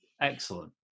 excellent